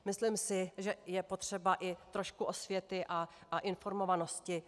Myslím si, že je potřeba i trošku osvěty a informovanosti.